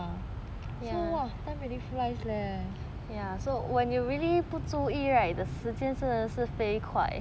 so !wah! time really flies leh